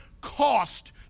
Cost